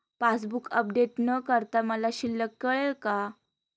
Passbook update न करता मला शिल्लक कळेल का?